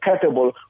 capable